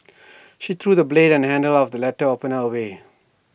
she threw the blade and handle of the letter opener away